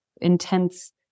intense